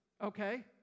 Okay